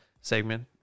segment